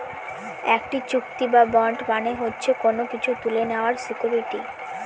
একটি চুক্তি বা বন্ড মানে হচ্ছে কোনো কিছু তুলে নেওয়ার সিকুইরিটি